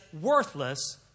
worthless